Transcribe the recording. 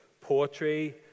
poetry